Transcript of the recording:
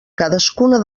cadascuna